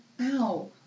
Ow